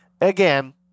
Again